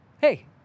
hey